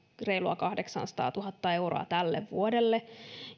reilua kahdeksaasataatuhatta euroa tälle vuodelle